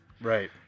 Right